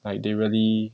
like they really